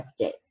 updates